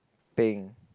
peng